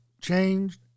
changed